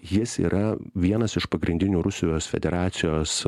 jis yra vienas iš pagrindinių rusijos federacijos